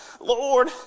Lord